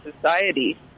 society